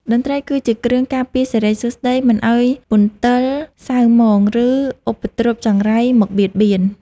តន្ត្រីគឺជាគ្រឿងការពារសិរីសួស្ដី មិនឱ្យមន្ទិលសៅហ្មង ឬឧបទ្រពចង្រៃមកបៀតបៀន។